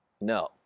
No